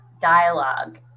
dialogue